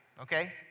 Okay